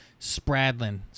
Spradlin